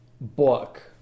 book